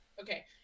Okay